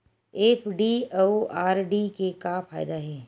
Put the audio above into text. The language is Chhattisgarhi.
एफ.डी अउ आर.डी के का फायदा हे?